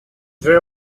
there